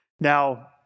Now